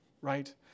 Right